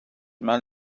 mal